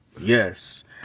Yes